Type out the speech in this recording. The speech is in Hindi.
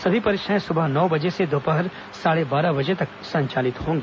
सभी परीक्षाएं सुबह नौ बजे से दोपहर साढ़े बारह बजे तक संचालित होगी